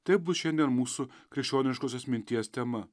tai bus šiandien mūsų krikščioniškosios minties tema